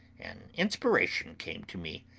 an inspiration came to me.